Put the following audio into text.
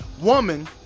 woman